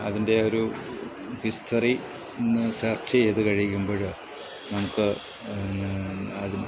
അതിൻ്റെ ഒരു ഹിസ്റ്ററിയിൽ നിന്ന് സെർച്ച് ചെയ്ത് കഴിയുമ്പോൾ നമുക്ക് അതി